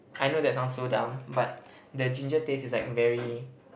I know that sounds so dumb but the ginger taste is like very